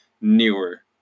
newer